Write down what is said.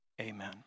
Amen